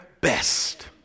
best